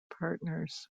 partners